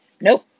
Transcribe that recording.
Nope